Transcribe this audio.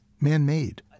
man-made